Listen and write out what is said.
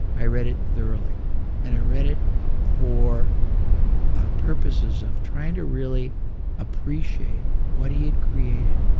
i read it thoroughly and i read it for ah purposes of trying to really appreciate what he had created,